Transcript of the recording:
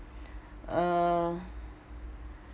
uh